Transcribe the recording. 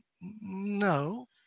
No